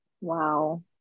Wow